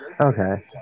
okay